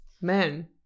men